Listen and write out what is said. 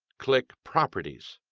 click properties.